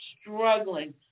struggling